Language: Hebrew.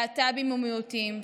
להט"בים ומיעוטים.